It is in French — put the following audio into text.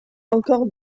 encore